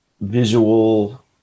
visual